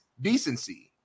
decency